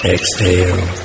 Exhale